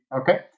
okay